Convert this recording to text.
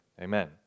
Amen